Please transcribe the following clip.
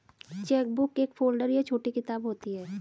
chequebook एक folder या छोटी किताब होती है